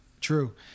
True